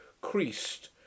creased